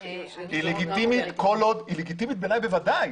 היא לגיטימית בוודאי.